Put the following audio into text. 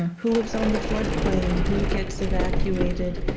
who lives on the floodplain? who gets evacuated?